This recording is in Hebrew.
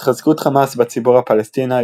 התחזקות חמאס בציבור הפלסטיני,